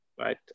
right